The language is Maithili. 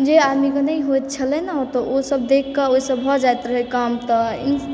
जे आदमीके नहि होयत छलय नऽ तऽ ओसभ देखिके ओहिसँ भऽ जायत रहै काम तऽ